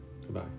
Goodbye